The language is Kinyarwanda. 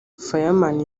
fireman